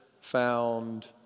found